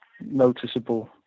noticeable